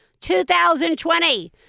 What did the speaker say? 2020